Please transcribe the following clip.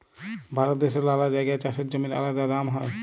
ভারত দ্যাশের লালা জাগায় চাষের জমির আলাদা দাম হ্যয়